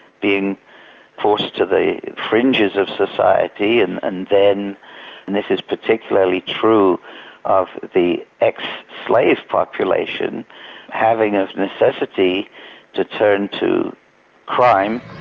being forced to the fringes of society and and then and this is particularly true of the ex-slave population having as necessity to turn to crime.